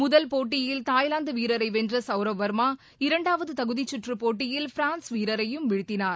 முதல் போட்டியில் தாய்லாந்து வீரரை வென்ற சவுரவ் வர்மா இரண்டாவது தகுதி சுற்றுப் போட்டியில் பிரான்ஸ் வீரரையும் வீழ்த்தினார்